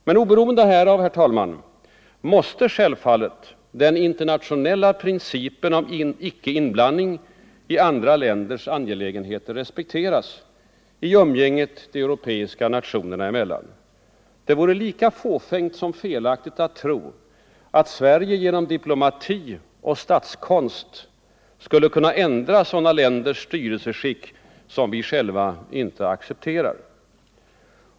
Men oberoende härav — herr talman — måste självfallet den internationella principen om icke-inblandning i andra länders angelägenheter respekteras i umgänget de europeiska nationerna emellan. Det vore lika fåfängt som felaktigt att tro att Sverige genom diplomati och statskonst skulle kunna ändra sådana länders styresskick som vi själva inte accepterar.